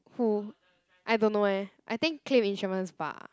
who I don't know eh I think claim insurance bah